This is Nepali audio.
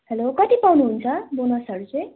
हेलो कति पाउनुहुन्छ बोनसहरू चाहिँ